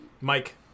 Mike